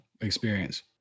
experience